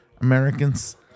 Americans